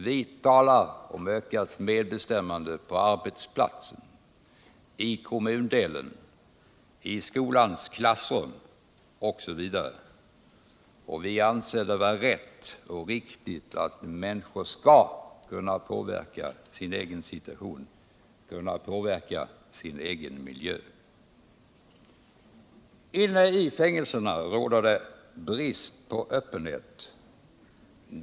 Vi talar om ökat medbestämmande på arbetsplatsen, i kommundelen, i skolans klassrum osv., och vi anser det vara rätt och riktigt att människor skall kunna påverka sin egen situation och sin egen miljö. Inne i fängelserna råder det dock brist på öppenhet.